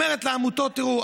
אומרת לעמותות: תראו,